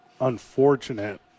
unfortunate